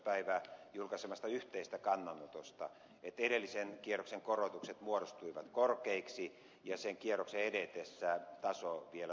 päivä julkaisemasta yhteisestä kannanotosta että edellisen kierroksen korotukset muodostuivat korkeiksi ja sen kierroksen edetessä taso vielä nousi